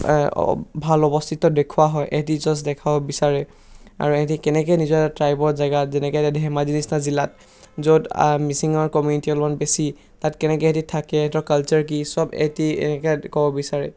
ভাল অৱস্থিত দেখুওৱা হয় ইহঁতি জাষ্ট দেখুৱাব বিচাৰে আৰু ইহঁতি কেনেকৈ নিজৰ ট্ৰাইবৰ জেগাত যেনেকৈ এতিয়া ধেমাজি নিচিনা জিলাত য'ত মিচিঙৰ কমিউনিটি অলপমান বেছি তাত কেনেকৈ ইহঁতি থাকে ইহঁতৰ কালচাৰ কি চব ইহঁতি এনেকৈ ক'ব বিচাৰে